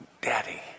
Daddy